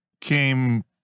came